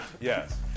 Yes